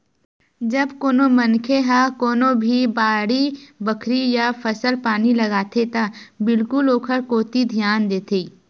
जब कोनो मनखे ह कोनो भी बाड़ी बखरी या फसल पानी लगाथे त बिल्कुल ओखर कोती धियान देथे